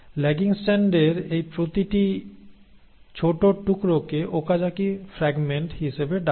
lagging স্ট্র্যান্ডের এই প্রতিটি ছোট টুকরোকে ওকাজাকি ফ্রাগমেন্ট হিসাবে ডাকা হয়